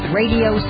radio